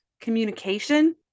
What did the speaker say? communication